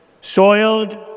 soiled